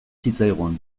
zitzaigun